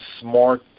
Smart